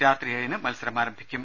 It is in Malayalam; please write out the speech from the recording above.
രാത്രി ഏഴിന് മത്സരം ആരംഭിക്കും